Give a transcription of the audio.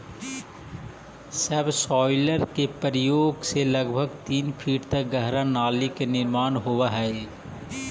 subsoiler के प्रयोग से लगभग तीन फीट तक गहरा नाली के निर्माण होवऽ हई